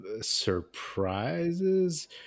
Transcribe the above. surprises